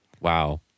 Wow